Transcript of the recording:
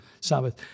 Sabbath